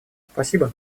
спасибо